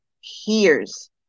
hears